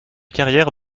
carrière